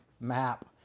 map